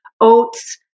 oats